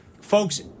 folks